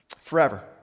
forever